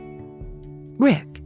Rick